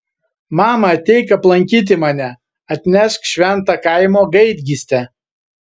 mama ateik aplankyti mane atnešk šventą kaimo gaidgystę